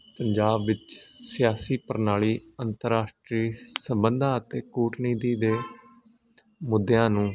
ਪੰਜਾਬ ਵਿੱਚ ਸਿਆਸੀ ਪ੍ਰਣਾਲੀ ਅੰਤਰਰਾਸ਼ਟਰੀ ਸੰਬੰਧਾਂ ਅਤੇ ਕੂਟਨੀਤੀ ਦੇ ਮੁੱਦਿਆਂ ਨੂੰ